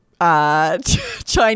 Chinese